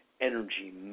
energy